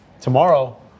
Tomorrow